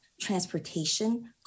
transportation